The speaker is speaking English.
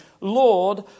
Lord